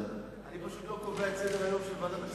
אני פשוט לא קובע את סדר-היום של ועדת הכספים,